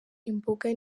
imboga